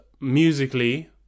musically